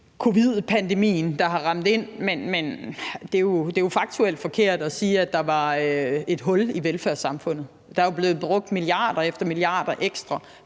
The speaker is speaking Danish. covid-19-pandemien, der har ramt, men det er jo faktuelt forkert at sige, at der var et hul i velfærdssamfundet. Der er jo blevet brugt milliarder på milliarder ekstra